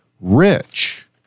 rich